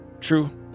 true